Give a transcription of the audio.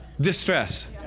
distress